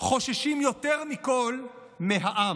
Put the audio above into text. חוששים יותר מכול מהעם.